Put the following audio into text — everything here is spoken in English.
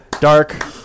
Dark